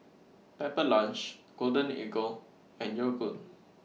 Pepper Lunch Golden Eagle and Yogood